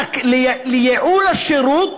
לייעול השירות